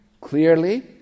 clearly